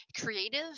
creative